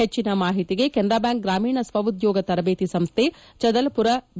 ಹೆಚ್ಚಿನ ಮಾಹಿತಿಗೆ ಕೆನರಾ ಬ್ಯಾಂಕ್ ಗ್ರಾಮೀಣ ಸ್ವ ಉದ್ಯೋಗ ತರಬೇತಿ ಸಂಸ್ದೆ ಚದಲಪುರ ಬಿ